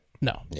No